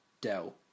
Dell